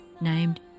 named